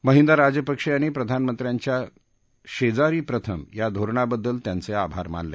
महिंदा राजपक्षे यांनी प्रधानमंत्र्यांच्या शेजारी प्रथम या धोरणाबद्दल त्यांचे आभार मानले